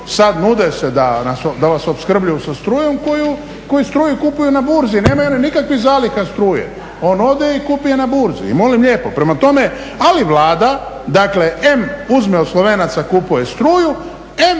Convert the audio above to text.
sad nude se da vas opskrbljuju sa strujom koju struju kupuju na burzi, nemaju oni nikakvih zaliha struje. On ode i kupi je na burzi i molim lijepo. Prema tome, ali Vlada em uzme od Slovenaca kupuje struje,